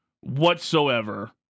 whatsoever